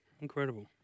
Incredible